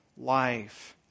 life